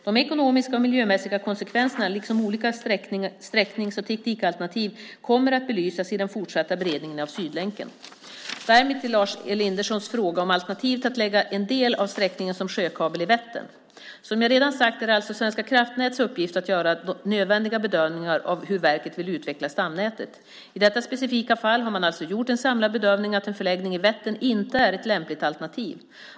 De ekonomiska och miljömässiga konsekvenserna liksom olika sträcknings och teknikalternativ kommer att belysas i den fortsatta beredningen av Sydlänken. Därmed till Lars Elindersons fråga om alternativet att lägga en del av sträckningen som sjökabel i Vättern. Som jag redan sagt är det Svenska kraftnäts uppgift att göra nödvändiga bedömningar av hur verket vill utveckla stamnätet. I detta specifika fall har man alltså gjort en samlad bedömning att en förläggning i Vättern inte är ett lämpligt alternativ.